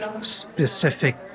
specific